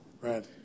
Right